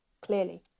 clearly